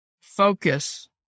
Focus